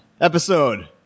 episode